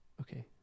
okay